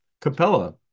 Capella